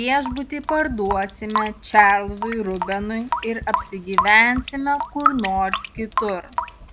viešbutį parduosime čarlzui rubenui ir apsigyvensime kur nors kitur